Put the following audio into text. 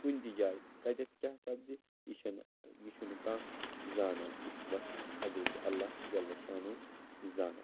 کُنۍ تہِ جایہِ کَتٮ۪تھ کیٛاہ سپدِ یہِ چھَنہٕ یہِ چھُنہٕ کانٛہہ زانان یہِ چھُ بَس حضرت اللہ جَلَّ شانُہ ھو زانان